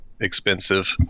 expensive